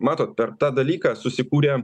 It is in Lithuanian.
matot per tą dalyką susikūrė